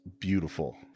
beautiful